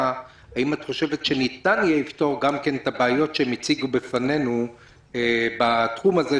- האם את חושבת שניתן יהיה לפתור את הבעיות שהם הציגו בפנינו בתחום הזה,